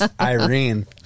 Irene